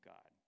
God